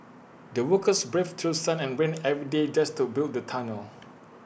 the workers braved through sun and rain every day just to build the tunnel